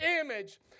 image